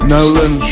Nolan